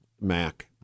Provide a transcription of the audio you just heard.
Mac